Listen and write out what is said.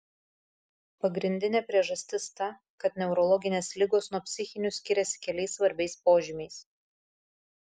pagrindinė priežastis ta kad neurologinės ligos nuo psichinių skiriasi keliais svarbiais požymiais